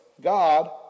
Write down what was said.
God